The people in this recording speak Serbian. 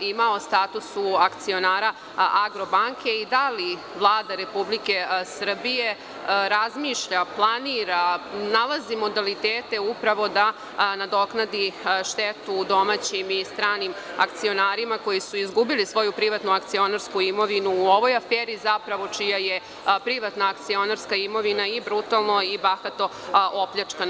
ima, o statusu akcionara „Agrobanke“ i da li Vlada Republike Srbije razmišlja, planira, nalazi modalitete upravo da nadoknadi štetu domaćim i stranim akcionarima koji su izgubili svoju privatnu akcionarsku imovinu u ovoj aferi, zapravo čija je privatna akcionarska imovina i brutalno i bahato opljačkana?